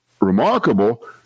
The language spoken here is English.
remarkable